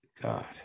God